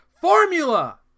formula